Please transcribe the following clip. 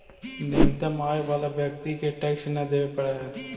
न्यूनतम आय वाला व्यक्ति के टैक्स न देवे पड़ऽ हई